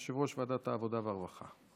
יושבת-ראש ועדת העבודה והרווחה.